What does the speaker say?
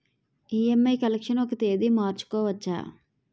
EMI collection ఒక తేదీ మార్చుకోవచ్చా?